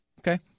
Okay